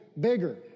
bigger